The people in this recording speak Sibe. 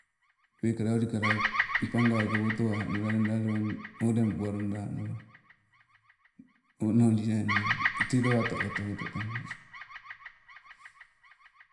Pekala ulikkala, pagauke wotuanala loida alewa, olembualodanawa. Onoliainala, tee tewato, oto oto tabeng.